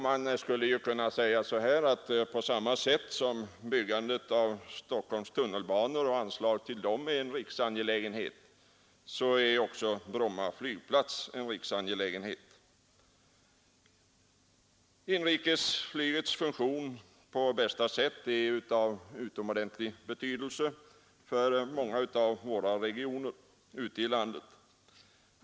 Man skulle kunna säga, att Bromma flygplats är en riksangelägenhet på samma sätt som byggandet av Stockholms tunnelbanor är det. Att inrikesflyget fungerar på bästa sätt är av utomordentlig betydelse för många av våra regioner ute i landet.